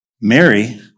Mary